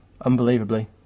unbelievably